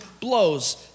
blows